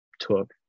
took